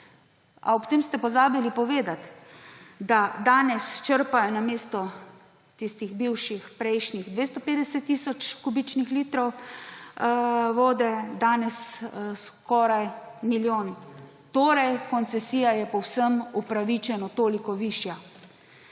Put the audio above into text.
ob tem ste pozabili povedati, da danes črpajo namesto tistih bivših prejšnjih 250 tisoč kubičnih litrov vode skoraj milijon. Torej, koncesija je povsem upravičeno toliko višja.